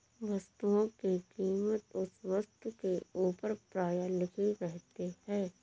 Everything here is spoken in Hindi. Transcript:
वस्तुओं की कीमत उस वस्तु के ऊपर प्रायः लिखी रहती है